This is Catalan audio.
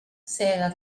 sega